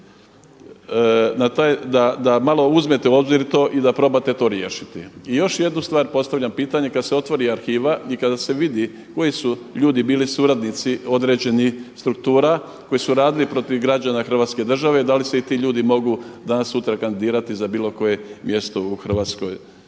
da malo uzmete u obzir to i da probate to riješiti. I još jednu stvar postavljam pitanje kada se otvori arhiva i kada se vidi koji su ljudi bili suradnici određenih struktura koji su radili protiv građana Hrvatske države da li se i ti ljudi mogu danas sutra kandidirati za bilo koje mjesto u Hrvatskoj. Hvala.